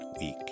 week